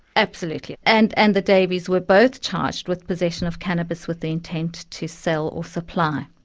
absolutely. and and the davies were both charged with possession of cannabis with the intent to sell or supply.